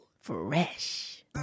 Fresh